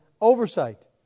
oversight